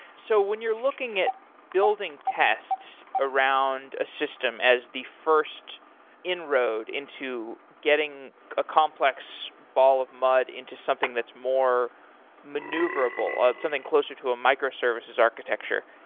so when you're looking at building tests around a system as the first inroad into getting a complex ball of mud into something that's more maneuverable, ah something closer to a microservices architecture,